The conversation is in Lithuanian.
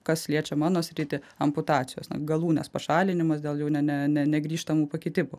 kas liečia mano sritį amputacijos galūnės pašalinimas dėl jau ne ne negrįžtamų pakitimų